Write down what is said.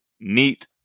neat